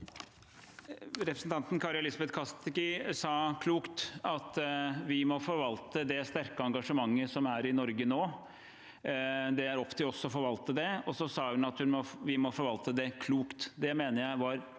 Re- presentanten Kari Elisabeth Kaski sa klokt at vi må forvalte det sterke engasjementet som er i Norge nå. Det er opp til oss å forvalte det. Så sa hun at vi må forvalte det klokt. Det mener jeg var klokt